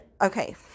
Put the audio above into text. okay